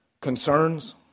Concerns